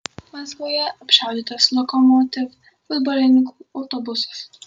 maskvoje apšaudytas lokomotiv futbolininkų autobusas